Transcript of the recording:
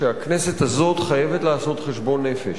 שהכנסת הזאת חייבת לעשות חשבון נפש,